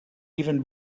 even